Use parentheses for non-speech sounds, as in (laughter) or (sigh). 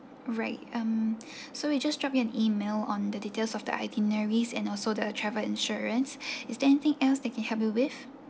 right um (breath) so we just drop you an email on the details of the itineraries and also the travel insurance (breath) is there anything else I can help you with